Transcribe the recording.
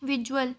visual